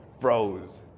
froze